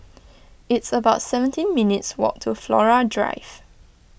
it's about seventeen minutes' walk to Flora Drive